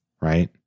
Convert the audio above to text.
right